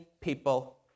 people